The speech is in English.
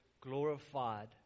glorified